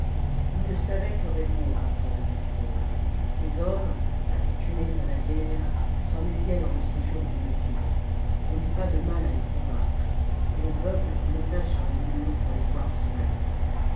ils ne savaient que répondre à tant de discours ces hommes accoutumésà la guerre s'ennuyaient dans le séjour d'une ville on n'eut pas de mal à les convaincre et le peuple monta sur les murs pour les voir s'en aller